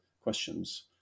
questions